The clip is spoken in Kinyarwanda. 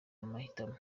amahitamo